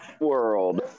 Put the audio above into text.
world